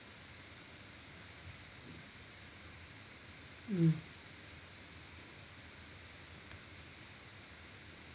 mm